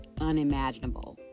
unimaginable